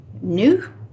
new